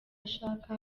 ashaka